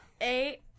Eight